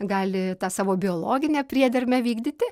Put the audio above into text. gali tą savo biologinę priedermę vykdyti